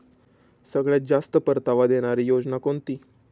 सगळ्यात जास्त परतावा देणारी योजना कोणती?